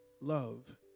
Love